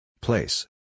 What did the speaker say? Place